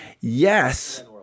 Yes